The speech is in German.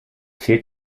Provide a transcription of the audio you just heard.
fehlt